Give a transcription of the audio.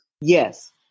Yes